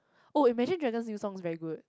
oh Imagine dragon's new song very good